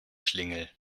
schlingel